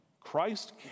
Christ